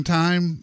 time